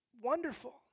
wonderful